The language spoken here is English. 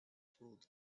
told